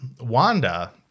Wanda